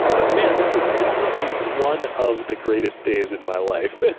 but man, that was definitely one of the greatest days in my life.